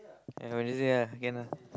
ya Wednesday ah can ah